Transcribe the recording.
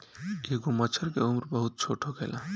एगो मछर के उम्र बहुत छोट होखेला